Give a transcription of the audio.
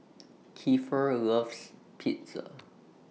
Kiefer loves Pizza